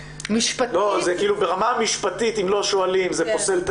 זה כאילו ברמה המשפטית אם לא שואלים זה פוסל את